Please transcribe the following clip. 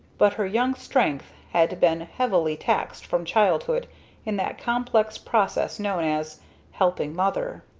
but her young strength had been heavily taxed from childhood in that complex process known as helping mother.